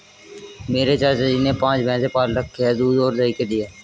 मेरे चाचा जी ने पांच भैंसे पाल रखे हैं दूध और दही के लिए